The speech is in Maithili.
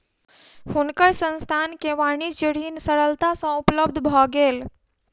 हुनकर संस्थान के वाणिज्य ऋण सरलता सँ उपलब्ध भ गेल